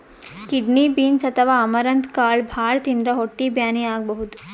kidney beans ಅಥವಾ amaranth ಕಾಳ್ ಭಾಳ್ ತಿಂದ್ರ್ ಹೊಟ್ಟಿ ಬ್ಯಾನಿ ಆಗಬಹುದ್